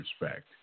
respect